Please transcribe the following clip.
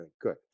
good